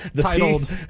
titled